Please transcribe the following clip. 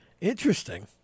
Interesting